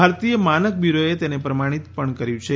ભારતીય માનક બ્યુરોએ તેને પ્રમાણિત પણ કર્યું છે